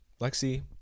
Lexi